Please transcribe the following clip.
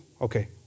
okay